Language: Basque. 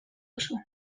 duzu